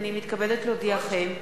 הנני מתכבדת להודיעכם,